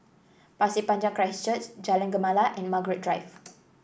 Pasir Panjang Christ Church Jalan Gemala and Margaret Drive